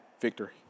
victory